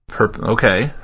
Okay